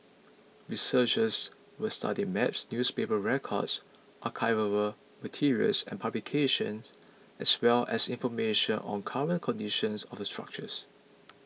researchers will study maps newspaper records archival materials and publications as well as information on current conditions of the structures